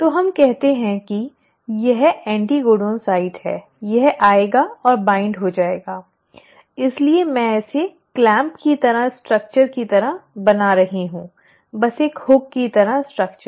तो हम कहते हैं कि यह एंटिकोडन साइट है यह आएगा और बाइन्ड हो जाएगा इसलिए मैं इसे क्लैंप की संरचना की तरह बना रही हूं बस एक हुक की तरह संरचना